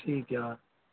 ਠੀਕ ਆ